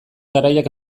garaiak